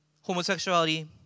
Homosexuality